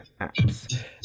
apps